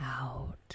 out